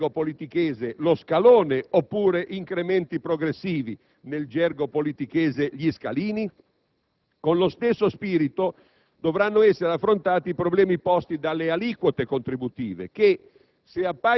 (nel gergo politichese lo scalone), oppure incrementi progressivi (nel gergo politichese gli scalini)? Con lo stesso spirito, dovranno essere affrontati i problemi posti dalle aliquote contributive, che,